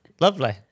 lovely